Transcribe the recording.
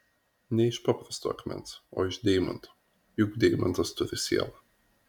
ne iš paprasto akmens o iš deimanto juk deimantas turi sielą